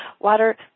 water